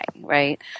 right